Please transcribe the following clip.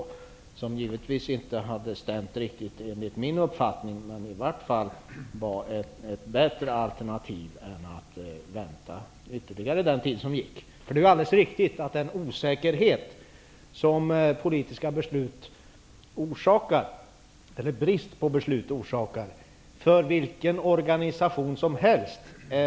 Det hade givetvis inte riktigt stämt med min uppfattning, men det hade i varje fall varit bättre att det fattades då än att man väntade med det ytterligare tid. Det är ju alldeles riktigt att den osäkerhet som politiska beslut -- eller brist på beslut -- orsakar är irriterande för vilken organisation som helst.